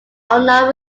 unknown